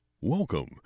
Welcome